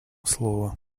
слово